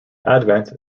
advent